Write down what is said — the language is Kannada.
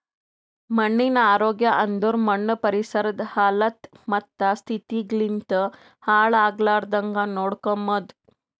ಮಣ್ಣಿನ ಆರೋಗ್ಯ ಅಂದುರ್ ಮಣ್ಣು ಪರಿಸರದ್ ಹಲತ್ತ ಮತ್ತ ಸ್ಥಿತಿಗ್ ಲಿಂತ್ ಹಾಳ್ ಆಗ್ಲಾರ್ದಾಂಗ್ ನೋಡ್ಕೊಮದ್